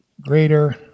greater